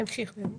תמשיך.